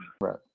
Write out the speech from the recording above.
Right